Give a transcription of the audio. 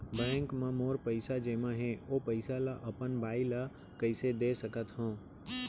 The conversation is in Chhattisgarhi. बैंक म मोर पइसा जेमा हे, ओ पइसा ला अपन बाई ला कइसे दे सकत हव?